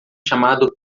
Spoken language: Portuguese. chamado